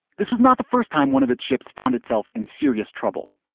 this was not the first time one of its ships found itself in serious trouble.